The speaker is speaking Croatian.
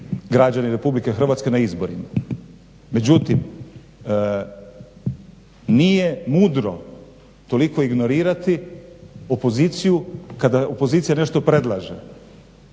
građani RH na izborima. Međutim nije mudro toliko ignorirati opoziciju kada opozicija nešto predlaže.